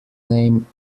name